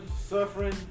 suffering